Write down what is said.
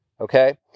okay